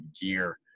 gear